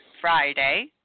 Friday